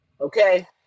Okay